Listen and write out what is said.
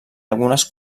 algunes